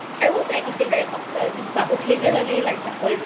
i won't say i eat it very often, but occasionally like supper,